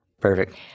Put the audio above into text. Perfect